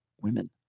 women